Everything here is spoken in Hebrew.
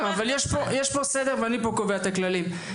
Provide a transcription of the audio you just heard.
יש פה סדר, ואני קובע פה את הכללים.